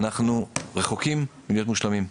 אנחנו רחוקים מלהיות מושלמים.